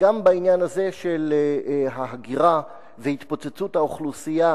גם בעניין הזה של התפוצצות האוכלוסייה